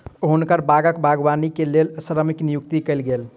हुनकर बागक बागवानी के लेल श्रमिक नियुक्त कयल गेल